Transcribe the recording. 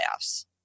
playoffs